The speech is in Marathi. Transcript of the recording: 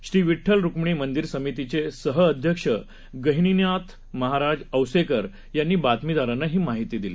श्रीविड्ठल रुक्मिणीमंदिरसमितीचेसहअध्यक्षगहिनीनाथमहाराजऔसेकरयांनीबातमीदारांनाहीमाहितीदिली